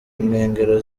nkengero